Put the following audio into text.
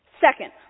Second